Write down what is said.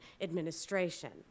administration